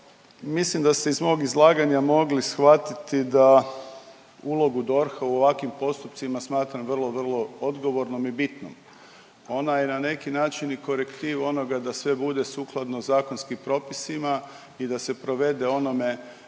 mislim da se iz mog izlaganja mogli shvatiti da ulogu DORH-a u ovakvim postupcima smatram vrlo, vrlo odgovornom i bitnom. Ona je na neki način i korektiv onoga da sve bude sukladno zakonskim propisima i da se provede onome